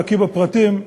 בקי בפרטים,